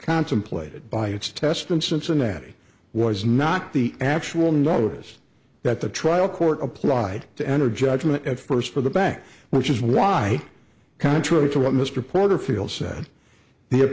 contemplated by its test in cincinnati was not the actual notice that the trial court applied to enter judgment at first for the back which is why contrary to what mr porterfield said the a